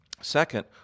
Second